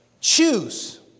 choose